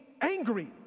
angry